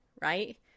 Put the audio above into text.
right